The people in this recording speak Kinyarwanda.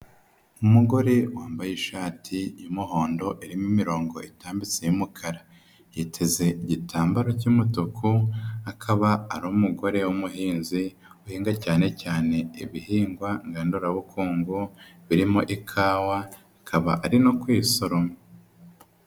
Umugore wambaye ishati y'umuhondo irimo imirongo itambitse y'umukara. Yiteze igitambaro cy'umutuku, akaba ari umugore w'umuhinzi, uhinga cyane cyane ibihingwa ngandurabukungu, birimo ikawa, akaba ari no kuyisoroma.